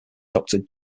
doctor